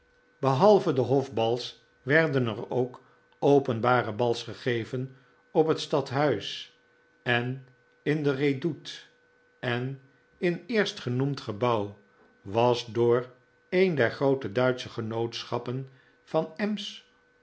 behalve de hofbals werden er ook openbare bals gegeven op het stadhuis en in de redoute en in eerstgenoemd gebouw was door een der groote duitsche genootschappen van ems